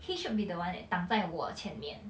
he should be the one that 挡在我前面